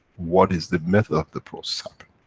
what is the myth of the process happen?